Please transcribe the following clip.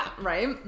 Right